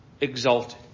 exalted